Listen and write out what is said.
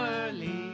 early